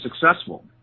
successful